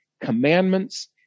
commandments